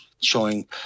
showing